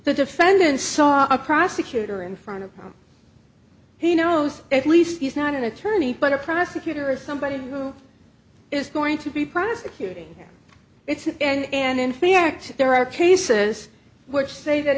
the defendants saw a prosecutor in front of he knows at least he's not an attorney but a prosecutor is somebody who is going to be prosecuting it's and in fact there are cases which say that